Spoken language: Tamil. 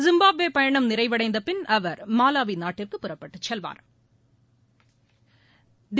ஜிம்பாப்வே பயணம் நிறைவடைந்த பின் அவா் மலாவி நாட்டிற்கு புறப்பட்டு செல்வாா்